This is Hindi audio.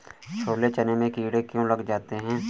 छोले चने में कीड़े क्यो लग जाते हैं?